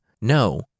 No